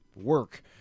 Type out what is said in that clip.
work